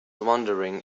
wondering